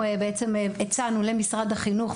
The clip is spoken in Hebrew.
הצענו למשרד החינוך,